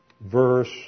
verse